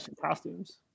costumes